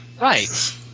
right